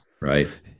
right